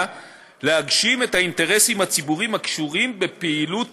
להגשים את האינטרסים הציבוריים הקשורים בפעילות